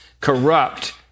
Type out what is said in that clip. corrupt